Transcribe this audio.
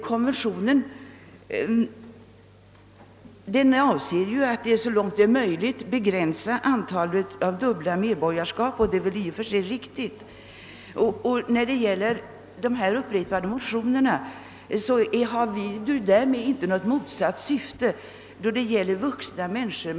Konventionen syftar till att man så långt det är möjligt skall begränsa antalet dubbla medborgarskap och det är väl i och för sig riktigt. De vid upprepade tillfällen väckta motionerna har inte heller motsatt syfte när det gäller vuxna människor.